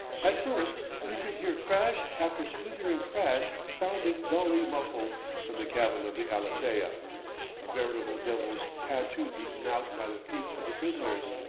at first he could hear crash after splintering crash sounding dully muffled from the cabin of the alethea a veritable devil's tattoo beaten out by the feet of the prisoners.